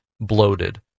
bloated